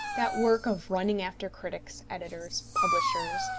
that work of running after critics, editors, publishers,